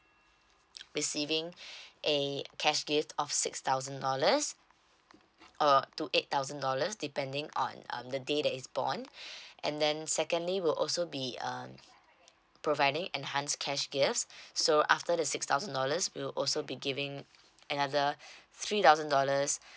receiving eh cash gift of six thousand dollars uh to eight thousand dollars depending on um the day that is born and then secondly will also be um providing enhance cash gifts so after the six thousand dollars will also be giving another three thousand dollars